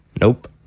Nope